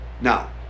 Now